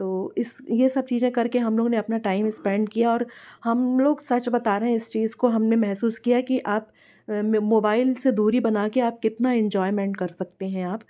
तो इस ये सब चीज़ें करके हम लोगों ने अपना टाइम स्पेंड किया और हम लोग सच बता रहे हैं इस चीज को हमने महसूस किया कि आप मोबाइल से दूरी बनाकर आप कितना इंजॉयमेंट कर सकते हैं